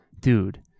Dude